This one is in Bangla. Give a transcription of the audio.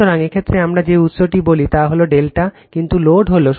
সুতরাং এই ক্ষেত্রে আমরা যে উৎসটিকে বলি তা হল ∆ কিন্তু লোড হল